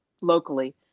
locally